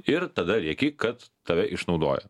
ir tada rėki kad tave išnaudoja